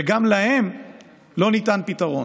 וגם להם לא ניתן פתרון.